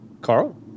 Carl